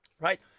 right